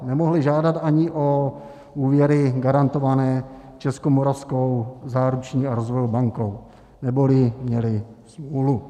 Nemohly žádat ani o úvěry garantované Českomoravskou záruční a rozvojovou bankou, neboli měly smůlu.